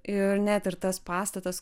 ir net ir tas pastatas